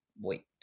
wait